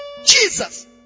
Jesus